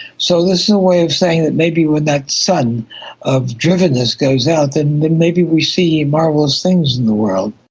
so this is a way of saying that maybe when that sun of drivenness goes out, then maybe we see marvellous things in the world.